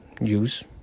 use